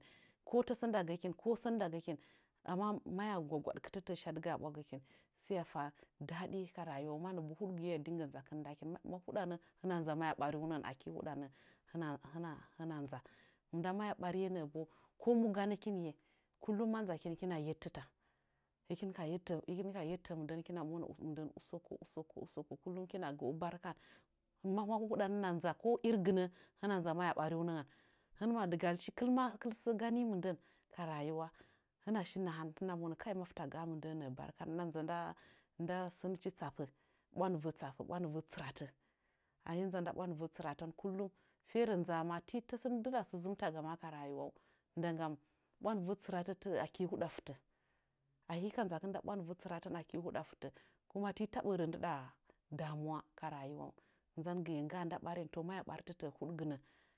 Ko tasə ndagə, ko sən ndagəkin kin amma maya gwagwaɗkɨtətəə shadɨga a ɓwagəkin sai ya fa daɗi ka rayuwan mannobo hudgɨye hɨya dinge nzakin ndakin mahuɗanə hɨna nza maya ɓariunə ngən aki huɗanə hɨna hɨna nza nda maya ɓariye nəə bo komu ganəkinye kinlum ma nzakɨn kina yettita hɨkinka yette mɨndən hɨkina monə usokko usokko usokko kullum kina gəəu barkan ma huɗanə hɨna nza ko irgɨnə hina nza maya ɓariunəngən hɨn madɨgalchi kɨl ma kɨl sə gani mɨndən ka rayuwa hɨna shi nahantin hɨna monə kai mafta gaa mɨndə nəə barkan hɨna nza nda nda sənəchi tsappə ɓwandɨvə tsappə ɓwandɨvə tsɨratə ahɨm nza nda bwandɨyə tsɨratən kullu fere nza'ama ma ti tasə ndɨda sə zɨmtaga maa ka rayuwau nda gam ɓwandɨyə tsəratətə aki huɗa fɨtə ahi ka nzakɨn nda bwandɨvə tsɨrate aki huɗa fɨtə kuma ti tabe re ndɨɗa damuwa ka rayuwaun zangɨye ngga nda ɓarin to maya ɓaritətəə huɗgɨnə